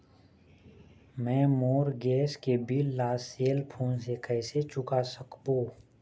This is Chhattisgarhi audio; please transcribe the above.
मैं मोर गैस के बिल ला सेल फोन से कइसे चुका सकबो?